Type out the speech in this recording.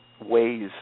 ways